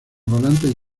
volantes